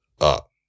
up